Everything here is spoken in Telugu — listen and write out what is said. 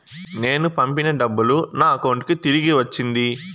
నేను పంపిన డబ్బులు నా అకౌంటు కి తిరిగి వచ్చింది